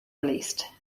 released